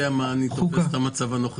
איך אתה יודע איך אני תופס את המצב הנוכחי?